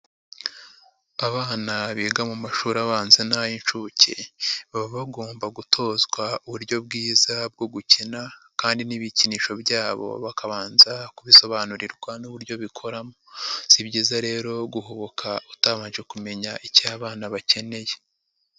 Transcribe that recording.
Abana biga mu mashuri abanza n'ay'inshuke baba bagomba gutozwa uburyo bwiza bwo gukina kandi n'ibikinisho byabo bakabanza kubisobanurirwa n'uburyo bikoramo, si byiza rero guhubuka utabanje kumenya icyo abana bakeneye.